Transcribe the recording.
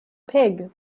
pig